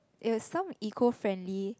it was some eco friendly